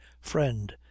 friend